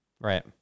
right